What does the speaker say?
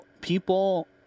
people